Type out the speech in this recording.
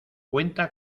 cuenta